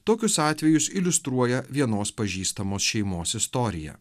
tokius atvejus iliustruoja vienos pažįstamos šeimos istorija